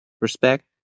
respect